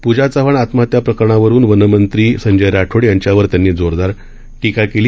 पूजा चव्हाण आत्महत्या प्रकरणावरुन वनमंत्री संजय राठोड यांच्यावर त्यांनी जोरदार टीका केली